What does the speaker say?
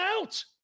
out